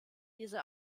diese